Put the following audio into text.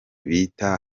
bita